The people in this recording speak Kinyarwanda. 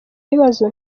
ibibazo